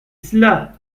cela